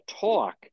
talk